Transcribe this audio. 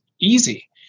easy